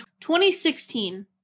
2016